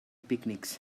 picnics